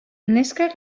neskak